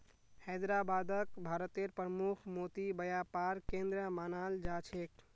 हैदराबादक भारतेर प्रमुख मोती व्यापार केंद्र मानाल जा छेक